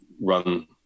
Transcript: run